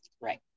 right